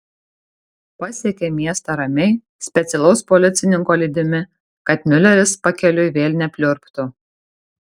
pasiekė miestą ramiai specialaus policininko lydimi kad miuleris pakeliui vėl nepliurptų